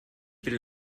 will